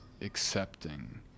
accepting